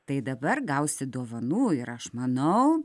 tai dabar gausi dovanų ir aš manau